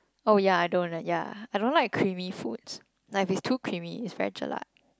oh ya I don't ya I don't like creamy foods like if it's too creamy it's very jelak